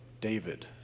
David